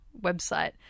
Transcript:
website